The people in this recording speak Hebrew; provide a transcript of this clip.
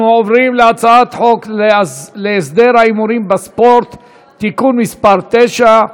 אנחנו עוברים להצעת חוק להסדר ההימורים בספורט (תיקון מס' 9),